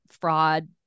fraud